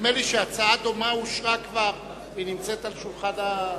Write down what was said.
נדמה לי שהצעה דומה אושרה כבר והיא נמצאת על השולחן.